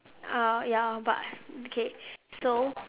uh ya but okay so